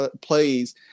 plays